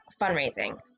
fundraising